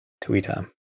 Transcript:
Twitter